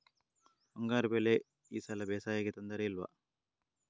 ಮುಂಗಾರು ಮಳೆ ಈ ಸಲ ಬೇಸಾಯಕ್ಕೆ ತೊಂದರೆ ಇಲ್ವ?